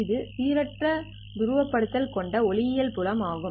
இது சீரற்ற துருவப்படுத்தல் கொண்ட ஒளியியல் புலம் ஆகும்